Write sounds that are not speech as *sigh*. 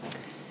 *noise*